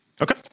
Okay